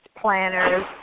planners